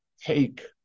take